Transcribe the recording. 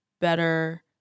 better